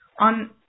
on